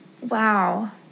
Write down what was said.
wow